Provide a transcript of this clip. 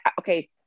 okay